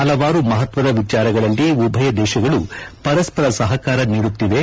ಪಲವಾರು ಮಹತ್ವದ ವಿಚಾರಗಳಲ್ಲಿ ಉಭಯದೇಶಗಳು ಪರಸ್ಪರ ಸಹಕಾರ ನೀಡುತ್ತಿವೆ